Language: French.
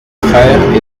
frères